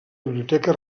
biblioteca